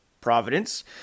Providence